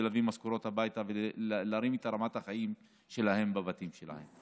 להביא משכורות הביתה ולהרים את רמת החיים שלהם בבתים שלהם.